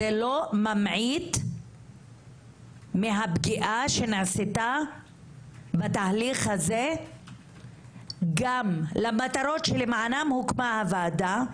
זה לא ממעיט מהפגיעה שנעשתה בתהליך הזה גם למטרות שלמענן הוקמה הוועדה.